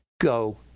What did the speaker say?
go